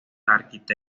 arq